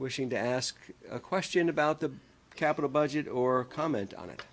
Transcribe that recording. wishing to ask a question about the capital budget or comment on it